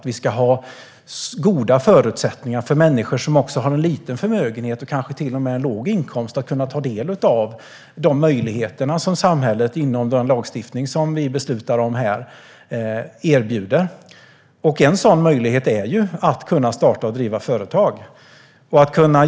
Vi ska ha goda förutsättningar för människor som bara har en liten förmögenhet och kanske till och med en låg inkomst att kunna ta del av de möjligheter som samhället erbjuder inom den lagstiftning vi beslutar om här. En sådan möjlighet är ju att kunna starta och driva företag.